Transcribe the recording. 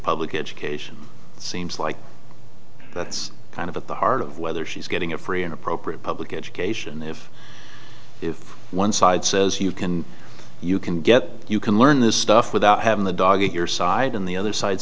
republican cation seems like that's kind of at the heart of whether she's getting a free and appropriate public education if if one side says you can you can get you can learn this stuff without having the dog in your side in the other side